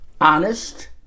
honest